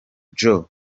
joão